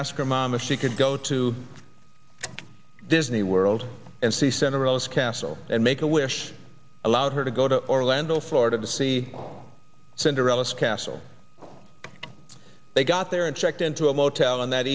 asked her mama she could go to disney world and see santa rosa castle and make a wish allowed her to go to orlando florida to see cinderella's castle they got there and checked into a motel on that